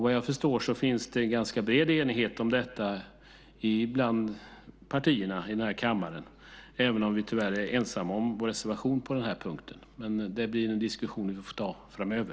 Vad jag förstår finns det en ganska bred enighet om detta bland partierna i den här kammaren, även om vi tyvärr är ensamma om vår reservation på den här punkten. Men det blir en diskussion som vi får ta framöver.